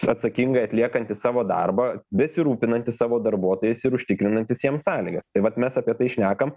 atsakingai atliekantis savo darbą besirūpinantis savo darbuotojais ir užtikrinantis jiems sąlygas tai vat mes apie tai šnekam